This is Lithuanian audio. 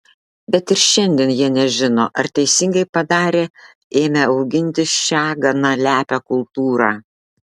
bet ir šiandien jie nežino ar teisingai padarė ėmę auginti šią gana lepią kultūrą